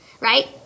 right